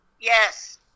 yes